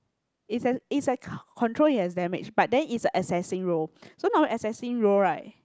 it's a it's a con~ control it has damage by then it's a assessing role so normally assessing role right